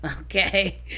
Okay